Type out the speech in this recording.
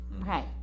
okay